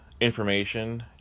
information